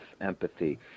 empathy